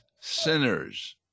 sinners